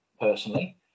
personally